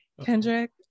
Kendrick